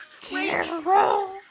Carol